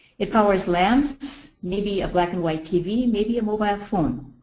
it powers lamps, maybe a black and white tv, maybe a mobile phone.